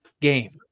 game